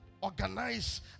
organize